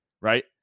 Right